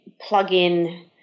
plug-in